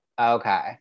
Okay